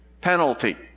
penalty